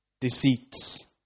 deceits